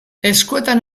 eskuetan